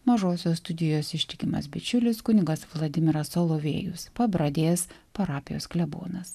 mažosios studijos ištikimas bičiulis kunigas vladimiras solovėjus pabradės parapijos klebonas